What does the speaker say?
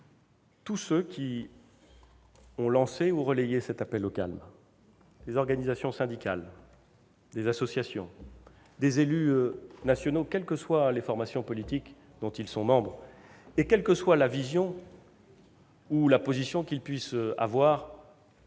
tous ceux qui ont lancé ou relayé cet appel au calme : les organisations syndicales, les associations, des élus nationaux, quelles que soient les formations politiques dont ils sont membres et quelle que soit leur position face au